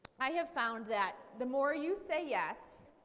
i have found that the more you say yes,